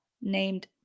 named